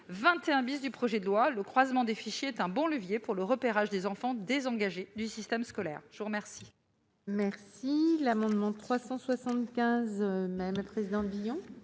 21 du projet de loi. Le croisement des fichiers est un bon levier pour le repérage des enfants désengagés du système scolaire. La parole